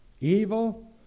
evil